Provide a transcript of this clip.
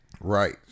Right